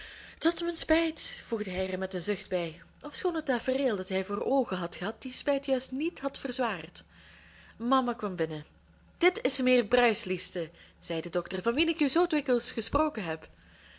tot mijn spijt voegde hij er met een zucht bij ofschoon het tafereel dat hij voor oogen had gehad die spijt juist niet had verzwaard mama kwam binnen dit is mijnheer bruis liefste zei de dokter van wien ik u zoo dikwijls gesproken heb